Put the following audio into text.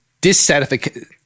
dissatisfaction